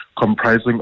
comprising